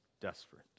desperate